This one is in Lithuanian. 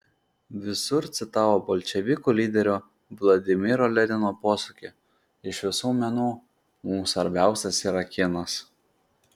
visur citavo bolševikų lyderio vladimiro lenino posakį iš visų menų mums svarbiausias yra kinas